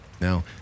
Now